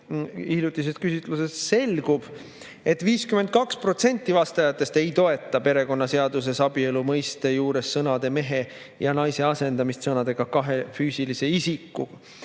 hiljutisest küsitlusest selgub, et 52% vastajatest ei toeta perekonnaseaduses abielu mõiste juures sõnade "mehe" ja "naise" asendamist sõnadega "kahe füüsilise isiku",